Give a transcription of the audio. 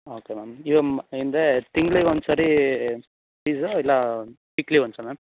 okay ma'am ಇದು ಅಂದ್ರೇ ತಿಂಗ್ಳಿಗೆ ಒಂದು ಸರಿ ಫೀಸು ಇಲ್ಲ ವೀಕ್ಲಿ ಒನ್ಸಾ ಮ್ಯಾಮ್